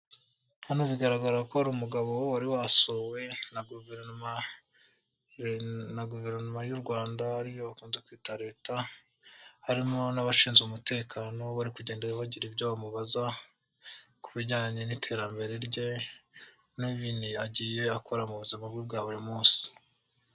Hano bigaragara ko hari umugabo wari wasuwe na Guverinoma y'u Rwanda, ariyo bakunze kwita Leta, harimo n'abashinzwe umutekano, bari kugenda bagira ibyo bamubaza ku bijyanye n'iterambere rye, n'ibintu agiye akora mu buzima bwe bwa buri munsi.